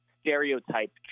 stereotype